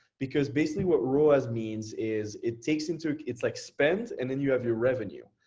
because basically what rowers means is it takes into, it's like spend and then you have your revenue.